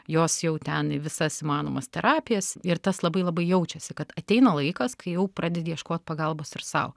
jos jau ten į visas įmanomas terapijas ir tas labai labai jaučiasi kad ateina laikas kai jau pradedi ieškot pagalbos ir sau